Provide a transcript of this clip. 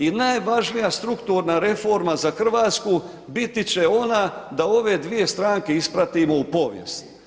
I najvažnija strukturna reforma za Hrvatsku biti će ona da ove dvije stranke ispratimo u povijest.